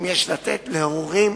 אם יש לתת להורים